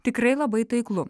tikrai labai taiklu